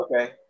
Okay